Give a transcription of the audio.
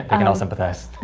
and can all sympathize.